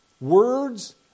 Words